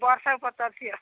ବସ୍କୁ ପଚାରୁଛି ଆଉ